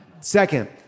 Second